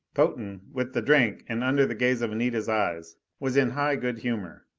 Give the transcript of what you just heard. potan, with the drink, and under the gaze of anita's eyes, was in high good humor.